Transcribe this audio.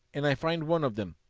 and i find one of them.